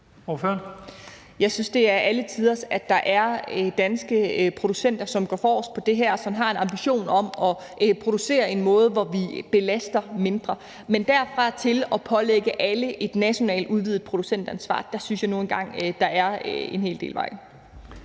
Jeg synes, det er alletiders, at der er danske producenter, som går forrest på det her, og som har en ambition om at producere på en måde, som belaster mindre. Men derfra og til at pålægge alle et nationalt udvidet producentansvar synes jeg nu engang der er lang vej.